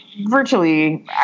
Virtually